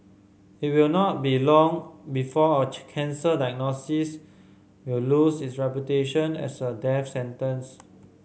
it will not be long before a cancer diagnosis will lose its reputation as a death sentence